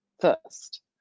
first